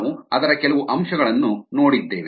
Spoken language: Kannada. ನಾವು ಅದರ ಕೆಲವು ಅಂಶಗಳನ್ನು ನೋಡಿದ್ದೇವೆ